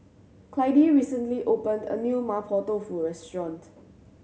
Clydie recently opened a new Mapo Tofu restaurant